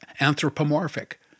anthropomorphic